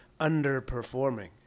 underperforming